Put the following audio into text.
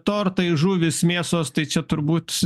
tortai žuvys mėsos tai čia turbūt